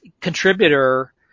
contributor